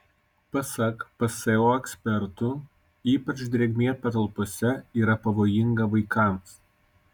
pasak pso ekspertų ypač drėgmė patalpose yra pavojinga vaikams